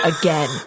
again